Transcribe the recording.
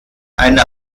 eine